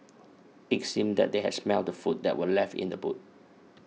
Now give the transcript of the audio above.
it seemed that they had smelt the food that were left in the boot